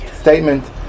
statement